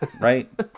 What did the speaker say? Right